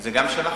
זה גם שלך?